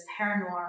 paranormal